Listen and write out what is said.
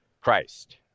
Christ